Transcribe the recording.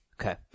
Okay